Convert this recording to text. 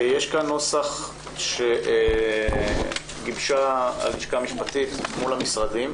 יש כאן נוסח שגיבשה הלשכה המשפטית מול המשרדים,